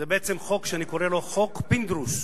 זה בעצם חוק שאני קורא לו "חוק פינדרוס".